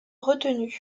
retenus